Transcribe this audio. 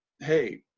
hey